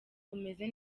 umeze